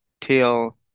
till